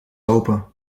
open